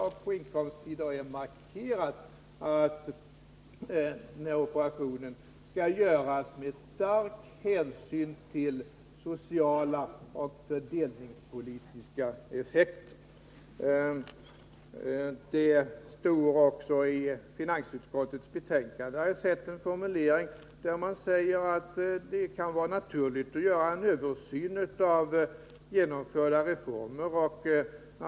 Vi har också markerat att operationen skall göras med stark hänsyn till sociala och fördelningspolitiska effekter. I finansutskottets betänkande sägs, har jag sett, att det kan vara naturligt att göra en översyn av genomförda reformer.